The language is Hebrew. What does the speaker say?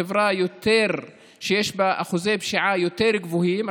חברה יותר שיש בה אחוזי פשיעה יותר גבוהים.